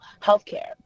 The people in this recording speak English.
healthcare